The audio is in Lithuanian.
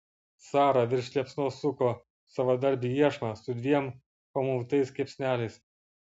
sara virš liepsnos suko savadarbį iešmą su dviem pamautais kepsneliais